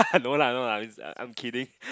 no lah no lah it's I I'm kidding